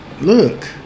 Look